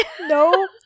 No